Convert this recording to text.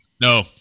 No